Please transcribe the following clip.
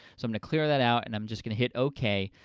so i'm gonna clear that out and i'm just gonna hit ok,